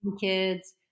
kids